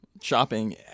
shopping